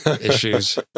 issues